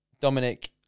Dominic